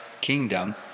kingdom